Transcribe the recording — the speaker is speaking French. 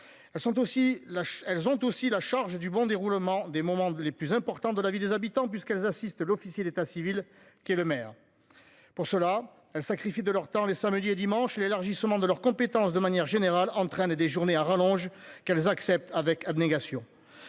Elles ont aussi la charge du bon déroulement des moments les plus importants de la vie des habitants puisqu'elles assistent l'officier d'état civil qui est le maire. Pour cela elle sacrifie de leur temps les samedis et dimanches, l'élargissement de leurs compétences, de manière générale. Des journées à rallonge qu'elles acceptent avec abnégation.